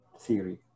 theory